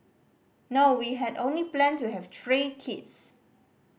no we had only planned to have three kids